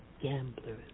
gambler